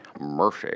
mercy